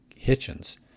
Hitchens